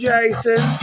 Jason